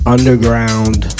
Underground